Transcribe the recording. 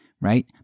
right